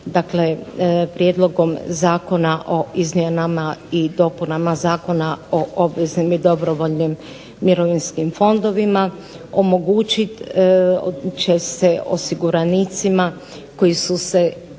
Dakle, prijedlogom Zakona o izmjenama i dopunama Zakona o obveznim i dobrovoljnim mirovinskim fondovima omogućit će se osiguranicima koji su se